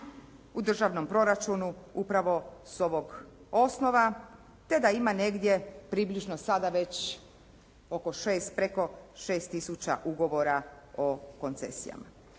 u državnom proračunu upravo s ovog osnova te da ima negdje približno sada već oko 6, preko 6 tisuća ugovora o koncesijama.